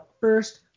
first